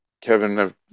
Kevin